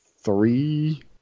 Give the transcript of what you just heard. Three